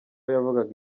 yavugaga